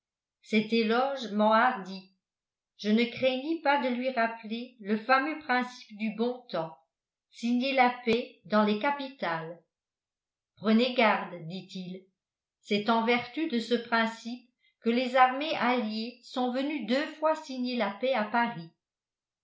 cet éloge m'enhardit je ne craignis pas de lui rappeler le fameux principe du bon temps signer la paix dans les capitales prenez garde dit-il c'est en vertu de ce principe que les armées alliées sont venues deux fois signer la paix à paris